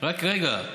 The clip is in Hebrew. רק רגע.